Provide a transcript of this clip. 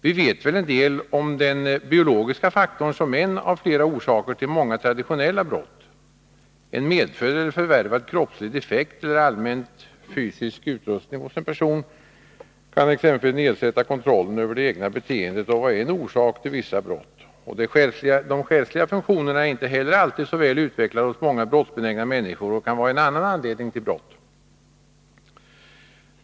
Vi vet väl en del om den biologiska faktorn såsom en av flera orsaker till många traditionella brott. En medfödd eller förvärvad kroppslig defekt eller allmän fysisk utrustning hos en person kan exempelvis nedsätta kontrollen över det egna beteendet och vara en orsak till vissa brott. De själsliga funktionerna är inte heller alltid så väl utvecklade hos många brottsbenägna människor och kan vara en annan anledning till brott.